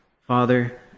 Father